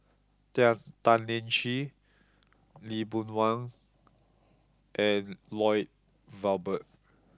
Tian Tan Lian Chye Lee Boon Wang and Lloyd Valberg